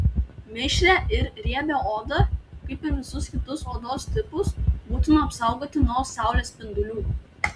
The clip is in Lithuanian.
mišrią ir riebią odą kaip ir visus kitus odos tipus būtina apsaugoti nuo saulės spindulių